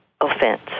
offense